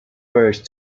first